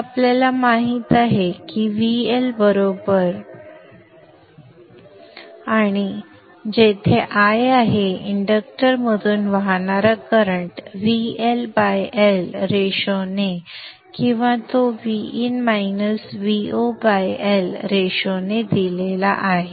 तर आपल्याला माहित आहे की VL आणि जेथे i आहे इंडक्टरमधून वाहणारा करंट VLL रेशो ने किंवा तो Vin - VoL रेशो ने दिलेला आहे